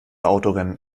autorennen